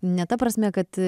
ne ta prasme kad